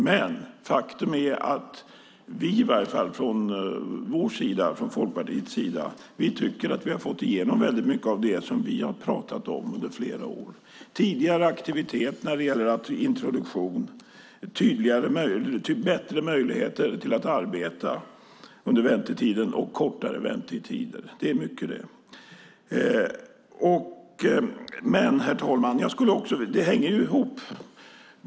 Men faktum är att vi i varje fall från Folkpartiets sida tycker att vi har fått igenom mycket av det som vi har pratat om under flera år - tidigare aktivitet när det gäller introduktion, bättre möjligheter till att arbeta under väntetiden och kortare väntetider. Det är mycket det. Herr talman!